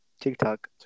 TikTok